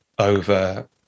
over